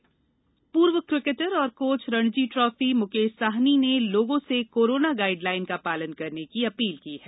जन आंदोलन पूर्व किकेटर और कौच रणजी ट्राफी मुकेश साहनी ने लोगों से कोरोना गाइड लाइन का पालन करने की अपील की है